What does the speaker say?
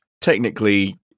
technically